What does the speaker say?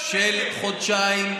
של חודשיים,